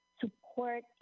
support